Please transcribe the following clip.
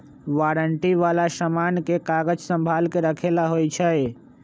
warranty वाला समान के कागज संभाल के रखे ला होई छई